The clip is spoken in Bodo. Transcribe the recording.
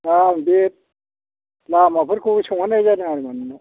दा बे लामाफोरखौबो सोंहरनाय जादों आरो नोंनाव